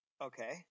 okay